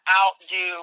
outdo